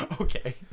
okay